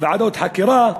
ועדת חקירה,